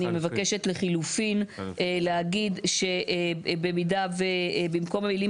אז אני מבקשת לחילופין להגיד שבמקום המילים